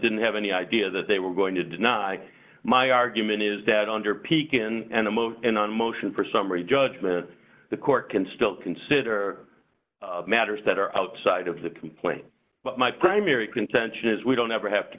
didn't have any idea that they were going to deny my argument is that under peek in and move in on motion for summary judgment the court can still consider matters that are outside of the complaint but my primary contention is we don't ever have to